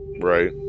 right